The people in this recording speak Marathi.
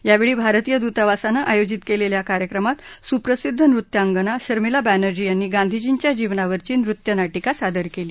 यावेळी भारतीय दूतावासानं आयोजित केलेल्या कार्यक्रमात सुप्रसिद्ध नृत्यांगना शर्मिला बॅनर्जी यांनी गांधीजींच्या जीवनावरची नृत्य नाटिका सादर केली